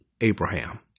Abraham